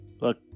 look